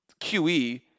QE